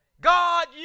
God